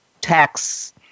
tax